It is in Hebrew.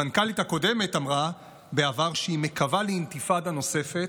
המנכ"לית הקודמת אמרה בעבר שהיא מקווה לאינתיפאדה נוספת,